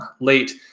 late